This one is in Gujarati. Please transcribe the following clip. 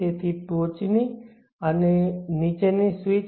તેથી અને ટોચ ની સ્વીચ નીચેની સ્વિચ